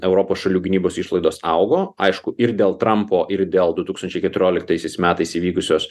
europos šalių gynybos išlaidos augo aišku ir dėl trampo ir dėl du tūkstančiai keturioliktaisiais metais įvykusios